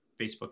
Facebook